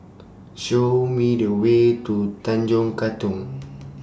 Show Me The Way to Tanjong Katong